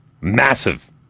massive